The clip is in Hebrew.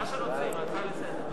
ההצעה להעביר את הנושא לוועדת העבודה,